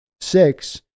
six